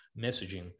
messaging